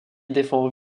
défend